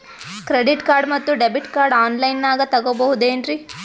Credit card ಮತ್ತು debit card on ಲೈನಾಗ್ ತಗೋಬಹುದೇನ್ರಿ?